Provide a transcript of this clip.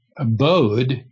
abode